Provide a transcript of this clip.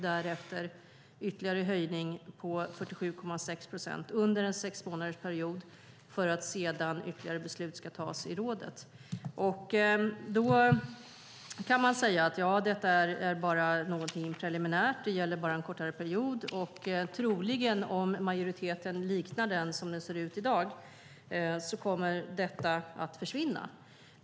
Därefter kommer ytterligare en höjning på 47,6 procent under en sexmånadersperiod, och sedan ska ytterligare beslut tas i rådet. Man kan säga att detta är något preliminärt som bara gäller en kortare period. Troligen, om majoriteten liknar den som finns i dag, kommer detta att försvinna.